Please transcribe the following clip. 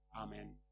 Amen